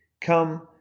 come